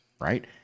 right